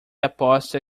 aposta